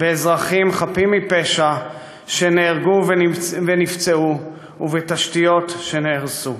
באזרחים חפים מפשע שנהרגו ונפצעו ובתשתיות שנהרסו.